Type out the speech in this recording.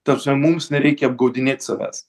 ta prasme mums nereikia apgaudinėt savęs